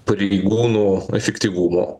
pareigūnų efektyvumo